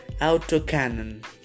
autocannon